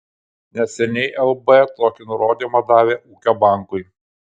neseniai lb tokį nurodymą davė ūkio bankui